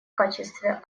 качестве